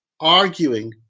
arguing